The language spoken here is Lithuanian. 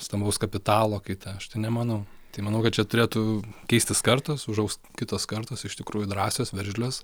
stambaus kapitalo kaita aš tai nemanau tai manau kad čia turėtų keistis kartos užaugs kitos kartos iš tikrųjų drąsios veržlios